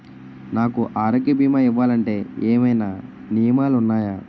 నాకు ఆరోగ్య భీమా ఇవ్వాలంటే ఏమైనా నియమాలు వున్నాయా?